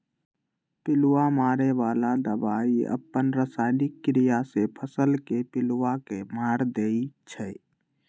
पिलुआ मारे बला दवाई अप्पन रसायनिक क्रिया से फसल के पिलुआ के मार देइ छइ